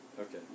Okay